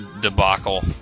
debacle